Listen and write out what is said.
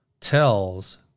tells